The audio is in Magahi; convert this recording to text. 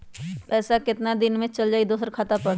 पैसा कितना दिन में चल जाई दुसर खाता पर?